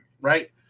right